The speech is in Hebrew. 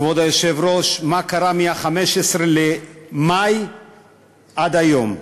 כבוד היושב-ראש, מה קרה מ-15 במאי עד היום: